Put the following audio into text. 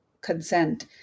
Consent